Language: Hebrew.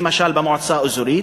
למשל במועצה האזורית,